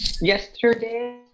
yesterday